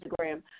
Instagram